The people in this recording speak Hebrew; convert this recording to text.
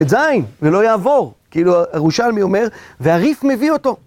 טז, ולא יעבור, כאילו הירושלמי אומר, והריף מביא אותו.